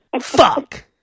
Fuck